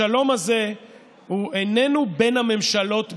השלום הזה הוא איננו בין הממשלות בלבד.